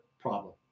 problem